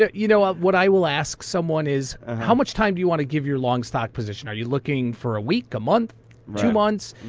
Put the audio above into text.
yeah you know um what i will ask someone is, how much time do you want to give your long stock position? are you looking for a week, a month, two months?